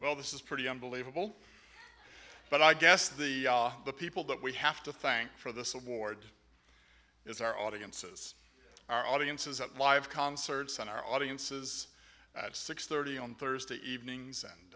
well this is pretty unbelievable but i guess the the people that we have to thank for this award is our audiences our audiences live concerts and our audiences at six thirty on thursday evenings and